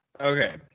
Okay